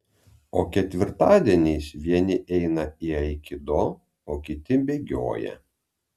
o ketvirtadieniais vieni eina į aikido o kiti bėgioja